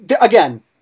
again